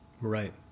Right